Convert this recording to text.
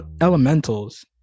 elementals